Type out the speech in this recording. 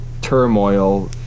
Turmoil